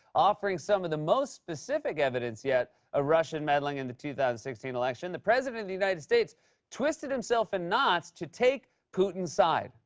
offering some of the most specific evidence yet ah russian meddling in the two thousand and sixteen election, the president of the united states twisted himself in knots to take putin's side.